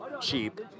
cheap